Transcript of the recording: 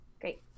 Great